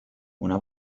una